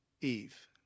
Eve